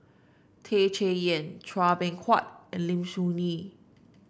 Tan Chay Yan Chua Beng Huat and Lim Soo Ngee